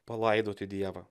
palaidoti dievą